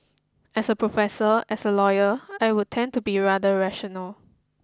as a professor as a lawyer I would tend to be rather rational